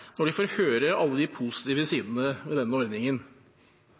når de får høre alle de positive sidene ved denne ordningen?